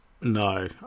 No